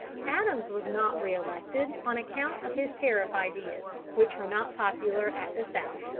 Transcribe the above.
adams was not re-elected, on account of his tariff ideas, which were not popular at the south.